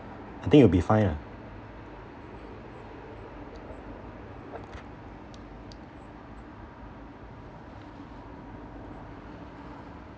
I think you'll be fine ah